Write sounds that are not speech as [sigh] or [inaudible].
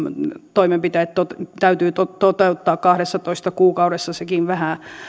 toimenpiteet täytyy toteuttaa kahdessatoista kuukaudessa sekin vähän [unintelligible] [unintelligible]